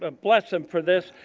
ah bless him for this,